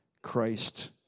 Christ